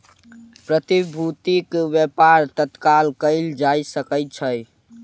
प्रतिभूतिक व्यापार तत्काल कएल जा सकै छै